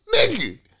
Nigga